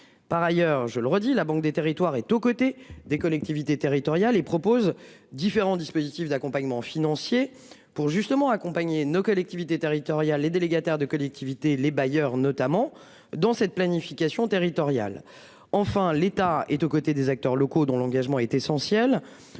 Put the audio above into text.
Par ailleurs, je le redis, la banque des territoires est aux côtés des collectivités territoriales et propose différents dispositifs d'accompagnement financier pour justement accompagner nos collectivités territoriales les délégataires de collectivités, les bailleurs, notamment dans cette planification territoriale. Enfin, l'État est aux côtés des acteurs locaux, dont l'engagement a été son ciel.